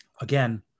again